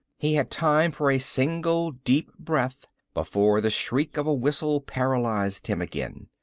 he had time for a single deep breath before the shriek of a whistle paralyzed him again.